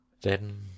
Then